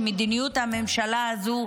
שמדיניות הממשלה הזו,